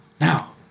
Now